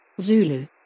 Zulu